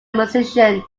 musician